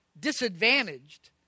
disadvantaged